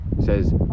Says